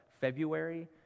February